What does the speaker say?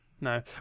No